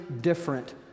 different